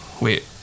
wait